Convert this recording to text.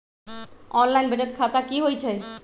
Online बचत खाता की होई छई?